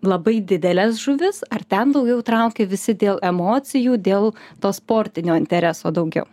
labai dideles žuvis ar ten daugiau traukia visi dėl emocijų dėl to sportinio intereso daugiau